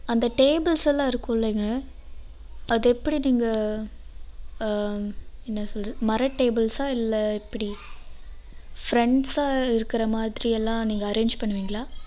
அந்த டேபிள்ஸ் எல்லாம் இருக்கும் இல்லைங்க அது எப்படி நீங்கள் என்ன சொல்கிறது மர டேபிள்ஸா இல்லை எப்படி ஃப்ரெண்ட்ஸாக இருக்கிற மாதிரி எல்லாம் நீங்கள் அரேஞ்ச் பண்ணுவீங்களா